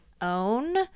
own